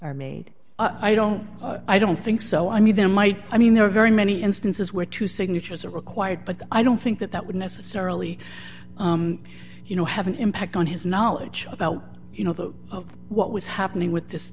are made i don't i don't think so i mean there might i mean there are very many instances where two signatures are required but i don't think that that would necessarily you know have an impact on his knowledge about you know the of what was happening with this